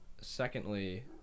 Secondly